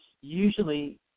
usually